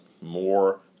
more